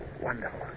Wonderful